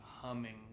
Humming